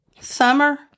summer